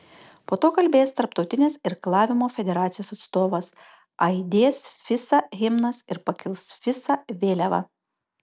po to kalbės tarptautinės irklavimo federacijos atstovas aidės fisa himnas ir pakils fisa vėliava